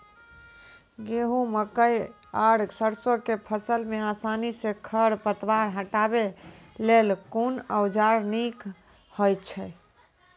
गेहूँ, मकई आर सरसो के फसल मे आसानी सॅ खर पतवार हटावै लेल कून औजार नीक है छै?